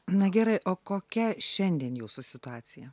na gerai o kokia šiandien jūsų situacija